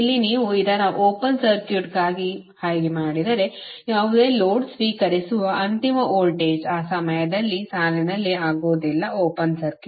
ಇಲ್ಲಿ ನೀವು ಇದನ್ನು ಓಪನ್ ಸರ್ಕ್ಯೂಟ್ಗಾಗಿ ಹಾಗೆ ಮಾಡಿದರೆ ಯಾವುದೇ ಲೋಡ್ ಸ್ವೀಕರಿಸುವ ಅಂತಿಮ ವೋಲ್ಟೇಜ್ ಆ ಸಮಯದಲ್ಲಿ ಸಾಲಿನಲ್ಲಿ ಆಗುವುದಿಲ್ಲ ಓಪನ್ ಸರ್ಕ್ಯೂಟ್